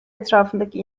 etrafındaki